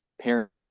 parents